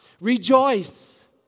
Rejoice